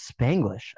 Spanglish